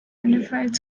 unified